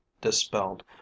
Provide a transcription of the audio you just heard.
dispelled